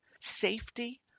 safety